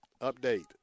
update